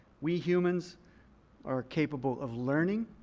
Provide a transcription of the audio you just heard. we humans are capable of learning.